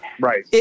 right